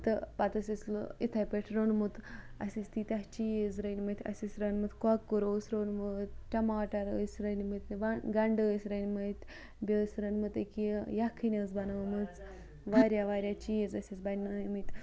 تہٕ پَتہٕ ٲسۍ اَسہِ اِتھے پٲٹھۍ روٚنمُت اَسہِ ٲسۍ تیٖتیاہ چیٖز رٔنۍ مٕتۍ اَسہِ ٲسۍ رٔنۍ مٕتۍ کۄکُر اوس روٚنمُت ٹَماٹَر ٲسۍ رٔنۍ مٕتۍ گَنٛڈٕ ٲسۍ رٔنۍ مٕتۍ بیٚیہِ ٲسۍ رٔنۍ مٕتۍ أکیاہ یہِ یَکھٕنۍ ٲسۍ بَنٲومٕژ واریاہ واریاہ چیٖز ٲسۍ اَسہِ بَنٲمٕتۍ